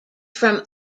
from